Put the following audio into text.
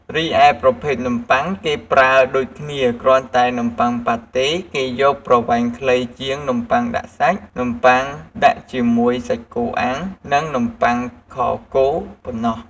រីឯប្រភេទនំបុ័ងគេប្រើដូចគ្នាគ្រាន់តែនំបុ័ងប៉ាតេគេយកប្រវែងខ្លីជាងនំបុ័នដាក់សាច់ នំបុ័ងដាក់ជាមួយសាច់គោអាំង និង នំបុ័ងខគោ ប៉ុណ្ណោះ។